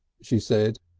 she said,